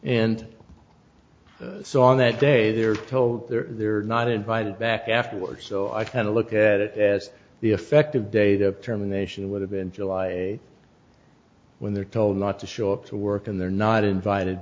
and so on that day they're told they're they're not invited back afterwards so i kind of look at it as the effective date of terminations would have in july when they're told not to show up to work and they're not invited